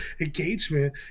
engagement